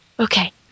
Okay